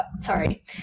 sorry